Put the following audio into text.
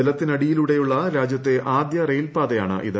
ജലത്തിനടിയിലൂടെയുള്ള രാജ്യത്തെ ആദ്യ റെയിൽപാതയാണിത്